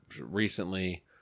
recently